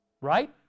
Right